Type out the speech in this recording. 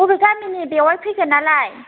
अबे गामिनि बेवाय फैगोन आलाय